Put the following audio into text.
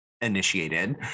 initiated